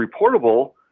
reportable